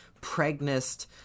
pregnant